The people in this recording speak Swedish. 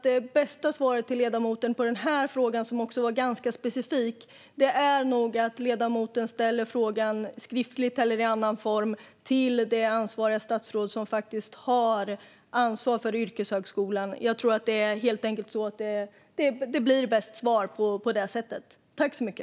Det bästa svaret till ledamoten på den här frågan som också var ganska specifik är nog att ledamoten ställer frågan skriftligt eller i annan form till det statsråd som har ansvar för yrkeshögskolan. Det blir helt enkelt bäst svar på det sättet.